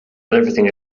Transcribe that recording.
everything